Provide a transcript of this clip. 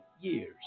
years